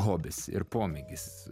hobis ir pomėgis